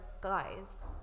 guys